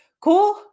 Cool